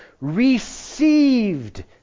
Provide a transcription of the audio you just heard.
received